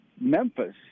Memphis –